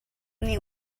nih